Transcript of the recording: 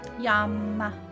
Yum